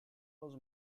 was